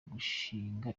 gushinga